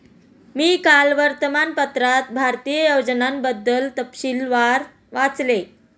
मी काल वर्तमानपत्रात भारतीय योजनांबद्दल तपशीलवार वाचले